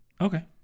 okay